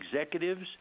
executives